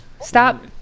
stop